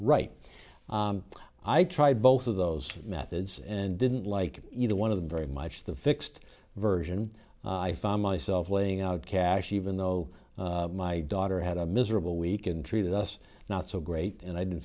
right i tried both of those methods and didn't like either one of them very much the fixed version i found myself laying out cash even though my daughter had a miserable week and treated us not so great and i didn't